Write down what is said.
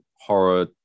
horror